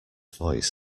voice